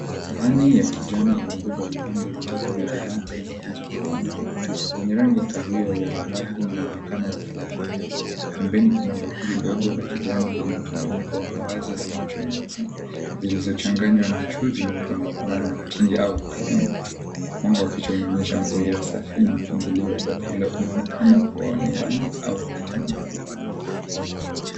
Sahani ya kijani imebeba vipande vitatu vya donati zilizo kaangwa zenye rangi ya kahawia na dhahabu na mwonekano wa flashy . Pembeni kuna bakuli ndogo ya kijani yenye mchanganyiko wa mbaazi za macho meupe ziliyochanganywa na mchuzi mweupe unaofanana na mtindi au cream . Mwango wa picha unaonyesha mazingira safi na mpangilio wa vyakula unaonekana kuwa wa nyumbani au wa kitamaduni.